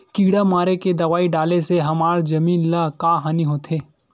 किड़ा मारे के दवाई डाले से हमर जमीन ल का हानि होथे?